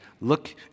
look